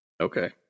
Okay